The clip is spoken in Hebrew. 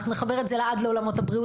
נחבר זאת לעד לעולמות הבריאות.